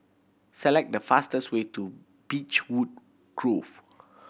select the fastest way to Beechwood Grove